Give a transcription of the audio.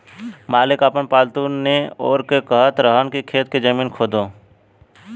मालिक आपन पालतु नेओर के कहत रहन की खेत के जमीन खोदो